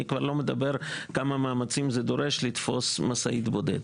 אני כבר לא מדבר כמה מאמצים זה דורש לתפוס משאית בודדת.